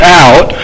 out